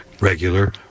regular